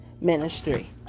ministry